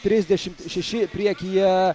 trisdešimt šeši priekyje